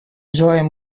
желаем